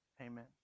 Amen